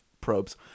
probes